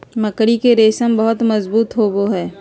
मकड़ी के रेशम बहुत मजबूत होवो हय